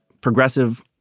progressive